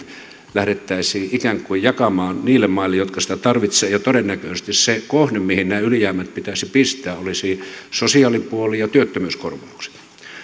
lähdettäisiin ikään kuin jakamaan niille maille jotka niitä tarvitsevat ja todennäköisesti se kohde mihin ne ylijäämät pitäisi pistää olisi sosiaalipuoli ja työttömyyskorvaukset